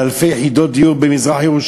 על אלפי יחידות דיור במזרח-ירושלים.